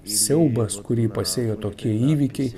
siaubas kurį pasėjo tokie įvykiai